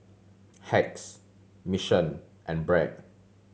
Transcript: Hacks Mission and Bragg